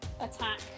attack